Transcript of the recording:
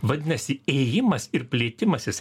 vadinasi ėjimas ir plėtimasis